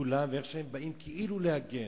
כולם ואיך שהם באים כאילו להגן,